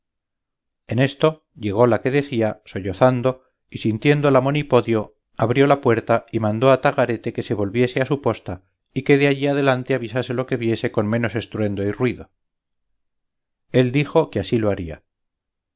en esto llegó la que decía sollozando y sintiéndola monipodio abrió la puerta y mandó a tagarete que se volviese a su posta y que de allí adelante avisase lo que viese con menos estruendo y ruido él dijo que así lo haría